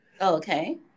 Okay